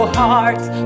heart's